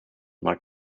like